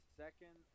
second